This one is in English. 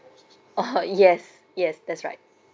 uh yes yes that's right